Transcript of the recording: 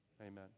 amen